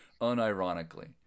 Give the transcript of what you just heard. Unironically